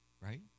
Right